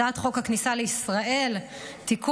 הצעת חוק הכניסה לישראל (תיקון,